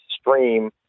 stream